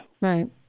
Right